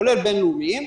כולל בין-לאומיים,